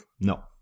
No